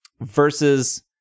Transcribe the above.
versus